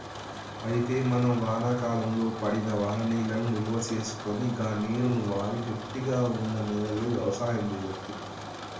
అయితే మనం వానాకాలంలో పడిన వాననీళ్లను నిల్వసేసుకొని గా నీరును వాడి గట్టిగా వున్న నేలలో యవసాయం సేయచ్చు